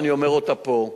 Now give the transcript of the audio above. ואני אומר אותה פה.